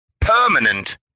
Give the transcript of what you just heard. permanent